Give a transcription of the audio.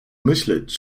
myśleć